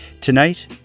Tonight